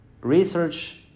research